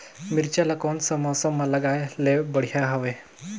मिरचा ला कोन सा मौसम मां लगाय ले बढ़िया हवे